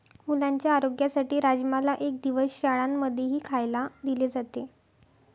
मुलांच्या आरोग्यासाठी राजमाला एक दिवस शाळां मध्येही खायला दिले जाते